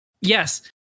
yes